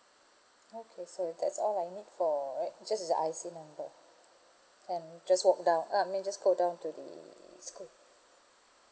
okay so if that's all I need for right just his I_C number can just walk down uh I mean just go down to the school